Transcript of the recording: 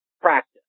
practice